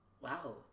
Wow